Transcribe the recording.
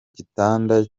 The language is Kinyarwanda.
gitanda